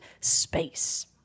Space